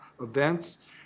events